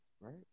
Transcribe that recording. right